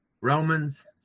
Romans